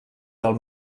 del